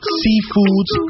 seafoods